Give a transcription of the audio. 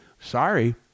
Sorry